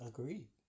Agreed